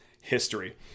history